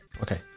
Okay